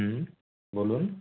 হুম বলুন